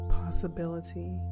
possibility